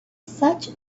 such